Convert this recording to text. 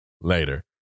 later